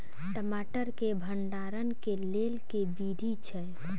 टमाटर केँ भण्डारण केँ लेल केँ विधि छैय?